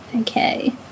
Okay